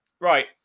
Right